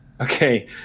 Okay